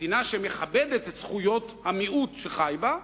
מדינה שמכבדת את זכויות המיעוט שחי בה?